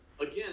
Again